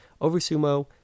OverSumo